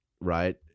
right